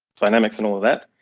dynamics and all of that.